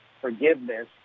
forgiveness